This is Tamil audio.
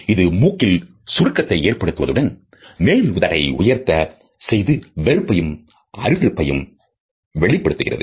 இது மூக்கில் சுருக்கத்தை ஏற்படுத்துவதுடன் மேல் உதட்டை உயர்த்த செய்து வெறுப்பையும் அருவருப்பையும் வெளிப்படுத்துகிறது